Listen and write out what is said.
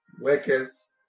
workers